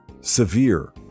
Severe